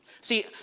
See